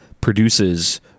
produces